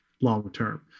long-term